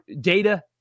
data